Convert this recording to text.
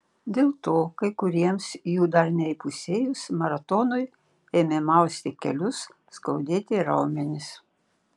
dėl to kai kuriems jų dar neįpusėjus maratonui ėmė mausti kelius skaudėti raumenis